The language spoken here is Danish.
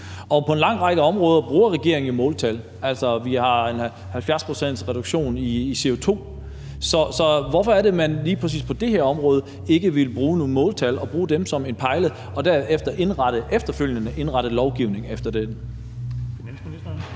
på en lang række områder bruger regeringen jo måltal, altså, man taler f.eks. om en 70-procentsreduktion af CO2. Så hvorfor er det, at man lige præcis på det her område ikke vil bruge nogle måltal og bruge dem som et pejlemærke og så efterfølgende indrette lovgivningen efter det? Kl. 16:50 Den